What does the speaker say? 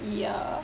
ya